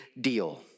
deal